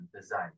design